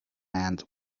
end